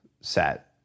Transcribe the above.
set